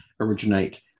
originate